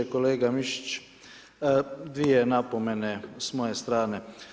Kolega Mišić, dvije napomene s moje strane.